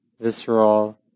visceral